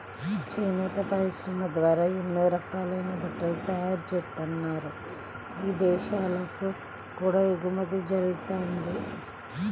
చేనేత పరిశ్రమ ద్వారా ఎన్నో రకాలైన బట్టలు తయారుజేత్తన్నారు, ఇదేశాలకు కూడా ఎగుమతి జరగతంది